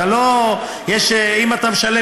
זה לא שאם אתה משלם,